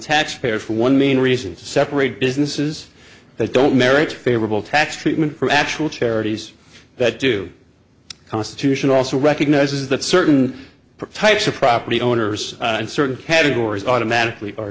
taxpayers for one main reason to separate businesses that don't merit favorable tax treatment for actual charities that do constitution also recognizes that certain pipes are property owners and certain categories automatically ar